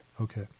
Okay